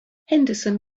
henderson